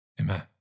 Amen